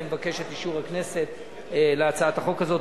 אני מבקש את אישור הכנסת להצעת החוק הזאת.